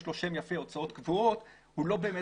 יש לו שם יפה הוצאות קבועות הוא לא באמת